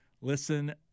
listen